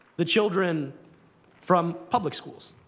the children from public schools.